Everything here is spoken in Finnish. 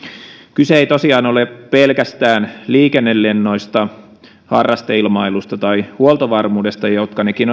kyse ei tosiaan ole pelkästään liikennelennoista harrasteilmailusta tai huoltovarmuudesta jotka nekin